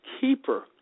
keeper